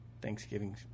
Thanksgiving